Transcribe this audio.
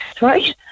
right